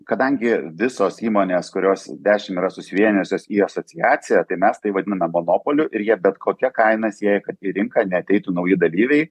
kadangi visos įmonės kurios dešim yra susivienijusios į asociaciją tai mes tai vadiname monopoliu ir jie bet kokia kaina siekia kad į rinką neateitų nauji dalyviai